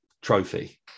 trophy